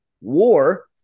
War